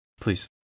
please